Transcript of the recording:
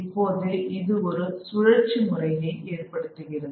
இப்போது இது ஒரு சுழற்சி முறையை ஏற்படுத்துகிறது